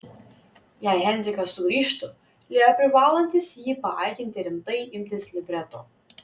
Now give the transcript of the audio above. jei heinrichas sugrįžtų leo privalantis jį paakinti rimtai imtis libreto